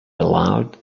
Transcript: aloud